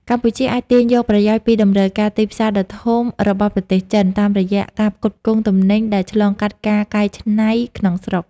កម្ពុជាអាចទាញយកប្រយោជន៍ពីតម្រូវការទីផ្សារដ៏ធំរបស់ប្រទេសចិន តាមរយៈការផ្គត់ផ្គង់ទំនិញដែលឆ្លងកាត់ការកែច្នៃក្នុងស្រុក។